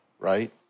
right